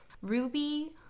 Ruby